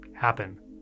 happen